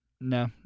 No